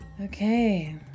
Okay